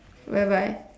whereby